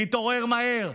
להתעורר מהר,